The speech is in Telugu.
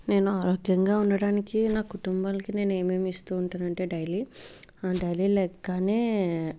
నేను ఆరోగ్యంగా ఉండటానికి నా కుటుంబానికి నేను ఏమేమి ఇస్తూ ఉంటాను అంటే డైలీ డైలీ లేవగానే